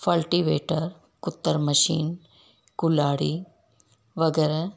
cultivator कुत्तर machine कुल्हाड़ी वग़ैरह